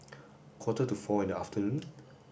quarter to four in the afternoon